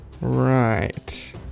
right